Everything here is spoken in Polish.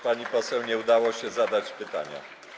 Pani poseł też nie udało się zadać pytania.